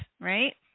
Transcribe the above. right